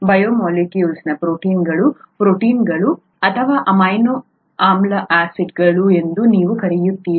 ಬಯೋಮಾಲಿಕ್ಯೂಲ್ಸ್ನ ಪ್ರೋಟೀನ್ಗಳು ಪ್ರೋಟೀನ್ಗಳು ಅಥವಾ ಅಮೈನೋ ಆಮ್ಲ ಆಸಿಡ್ಗಳು ಎಂದು ನೀವು ಕರೆಯುತ್ತೀರಿ